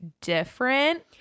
different